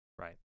right